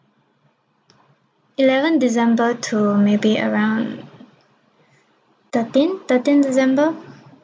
eleven december to maybe around thirteen thirteen december